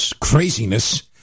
craziness